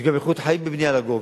יש איכות חיים גם בבנייה לגובה,